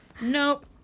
Nope